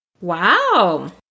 Wow